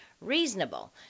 Reasonable